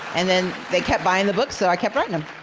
and then they kept buying the books, so i kept writing them.